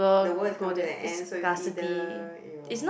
the world is coming to the end so is either you